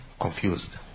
confused